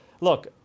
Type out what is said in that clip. look